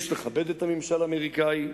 יש לכבד את הממשל האמריקני,